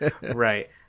Right